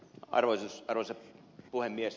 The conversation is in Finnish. arvoisa puhemies